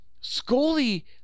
scully